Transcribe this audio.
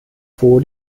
vor